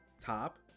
top